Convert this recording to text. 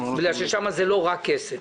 בגלל ששם זה לא רק כסף,